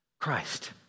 Christ